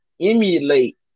emulate